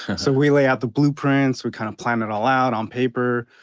so we lay out the blueprints. we kind of plan it all out on paper.